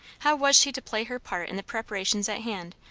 how was she to play her part in the preparations at hand,